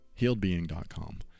HealedBeing.com